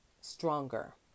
stronger